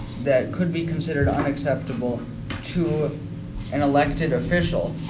that could be considered unacceptable to an elected official,